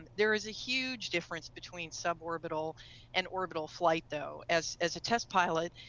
there is a huge difference between sub orbital and orbital flight though. as as a test pilot,